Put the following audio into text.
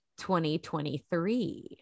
2023